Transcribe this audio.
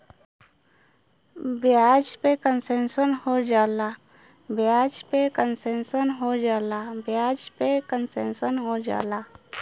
ब्याज पे कन्सेसन हो जाला